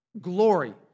glory